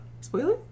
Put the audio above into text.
Spoiler